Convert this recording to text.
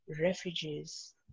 refugees